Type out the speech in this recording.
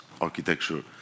architecture